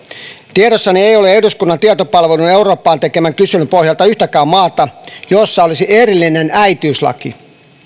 tiedossani ei ole eduskunnan tietopalvelun eurooppaan tekemän kyselyn pohjalta yhtäkään maata jossa olisi erillinen äitiyslaki